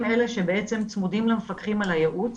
הם אלה שבעצם צמודים למפקחים על הייעוץ